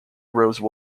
rose